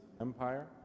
Empire